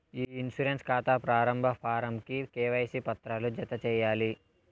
ఇ insurance కాతా ప్రారంబ form కి కేవైసీ పత్రాలు జత చేయాలి